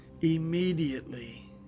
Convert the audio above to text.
immediately